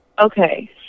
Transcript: Okay